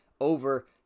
over